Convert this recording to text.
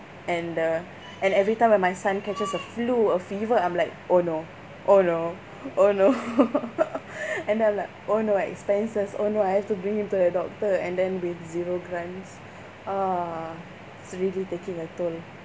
and the and every time when my son catches a flu or fever I'm like oh no oh no oh no and then I'm like oh no expenses oh no I have to bring him to the doctor and then with zero grants ah it's really taking a toll